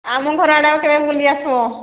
ଆମ ଘର ଆଡ଼େ ଆଉ କେବେ ବୁଲି ଆସିବ